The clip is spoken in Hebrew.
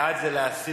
בעד זה להסיר.